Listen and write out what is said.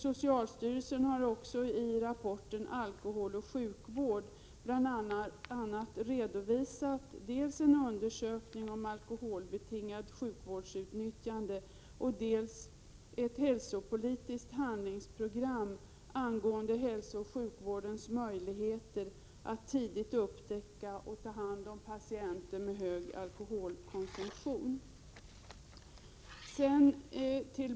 Socialstyrelsen har i rapporten Alkohol och sjukvård bl.a. redovisat dels en undersökning om alkoholbetingat sjukvårdsutnyttjande, dels ett hälsopolitiskt handlingsprogram angående hälsooch sjukvårdens möjligheter att tidigt upptäcka och ta hand om patienter med hög alkoholkonsumtion.